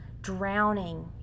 drowning